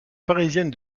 parisienne